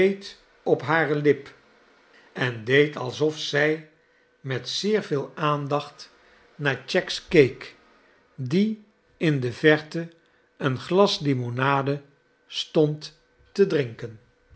op hare lip en deed alsof zij met zeer veel aandacht nelly naar cuegges keek die in de verte een glas limonade stond te drinken